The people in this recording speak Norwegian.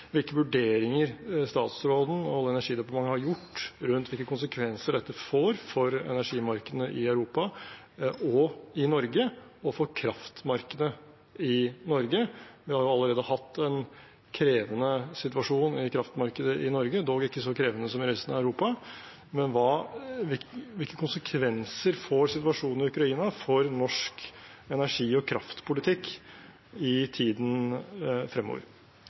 Hvilke vurderinger har statsråden og Olje- og energidepartementet gjort rundt hvilke konsekvenser dette får for energimarkedene i Europa og i Norge og for kraftmarkedet i Norge? Vi har jo allerede hatt en krevende situasjon i kraftmarkedet i Norge, dog ikke så krevende som i resten av Europa. Hvilke konsekvenser får situasjonen i Ukraina for norsk energi- og kraftpolitikk i tiden fremover?